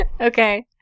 Okay